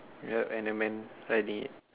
yup and a man hiding it